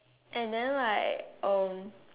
and then like